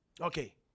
Okay